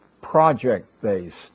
project-based